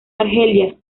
argelia